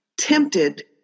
tempted